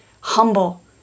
humble